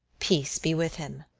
peace be with him.